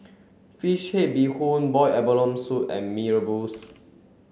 fish head bee hoon boiled abalone soup and Mee rebus